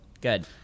Good